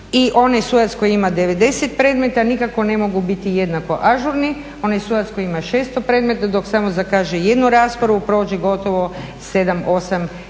i onaj sudac koji ima 90 predmeta nikako ne mogu biti jednako ažurni. Onaj sudac koji ima 600 predmeta dok samo zakaže jednu raspravu prođe gotovo 7, 8 mjeseci